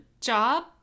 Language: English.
job